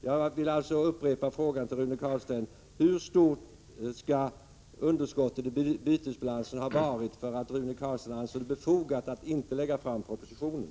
Jag upprepar frågan till Rune Carlstein: Hur stort skulle underskottet i bytesbalansen ha varit för att Rune Carlstein skulle anse det befogat att inte lägga fram propositionen?